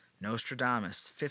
Nostradamus